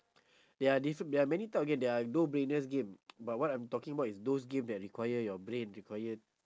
there are different there are many type of game there are no-brainer game but what I'm talking about is those game that require your brain require